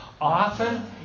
Often